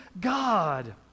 God